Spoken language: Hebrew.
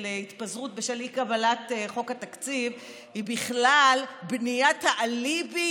להתפזרות בשם אי-קבלת חוק התקציב היא בכלל בניית האליבי,